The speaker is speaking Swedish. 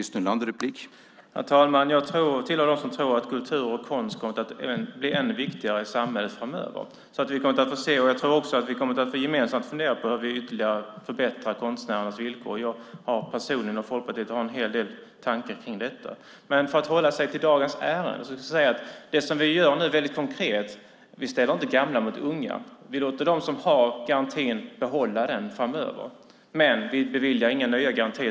Herr talman! Jag tillhör dem som tror att kultur och konst kommer att bli ännu viktigare i samhället framöver. Jag tror också att vi gemensamt kommer att få fundera på hur vi ytterligare förbättrar konstnärernas villkor. Jag personligen, och Folkpartiet, har en hel del tankar kring detta. För att hålla mig till dagens ärende: Det vi gör nu är väldigt konkret. Vi ställer inte gamla mot unga. Vi låter dem som har garantin behålla den framöver, men vi beviljar inga nya garantier.